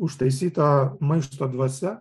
užtaisyta maišto dvasia